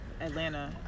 Atlanta